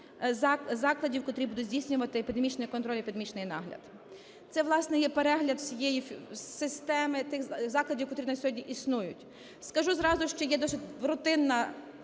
закладів, котрі будуть здійснювати епідемічний контроль, епідемічний нагляд. Це, власне, є перегляд всієї системи тих закладів, котрі на сьогодні існують. Скажу зразу, що є досить рутинна